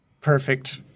perfect